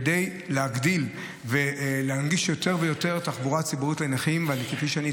כדי להגדיל ולהנגיש יותר ויותר תחבורה ציבורית לנכים,